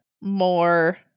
more